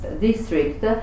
district